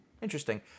Interesting